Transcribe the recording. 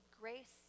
grace